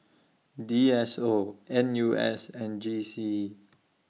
D S O N U S and G C E